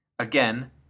Again